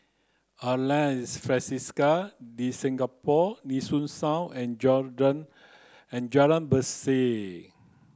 Alliance Francaise de Singapour Nee Soon South and and Jalan Berseh